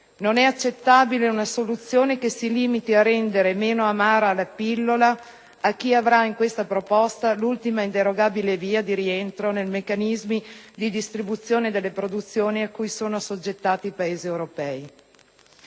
Non è accettabile una soluzione che si limiti a rendere meno amara la pillola a chi avrà in questa proposta l'ultima inderogabile via di rientro nei meccanismi di distribuzione delle produzioni a cui sono assoggettati i Paesi europei.